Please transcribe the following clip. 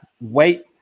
wait